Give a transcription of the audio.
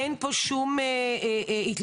אין פה שום התלבטות.